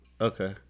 Okay